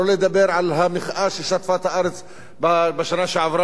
שלא לדבר על המחאה ששטפה את הארץ בשנה שעברה